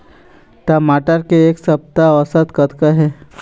टमाटर के एक सप्ता औसत कतका हे?